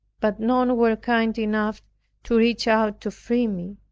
but none were kind enough to reach out to free me.